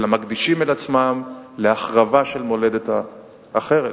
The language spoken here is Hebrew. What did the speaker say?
אלא מקדישים את עצמם להחרבה של מולדת אחרת,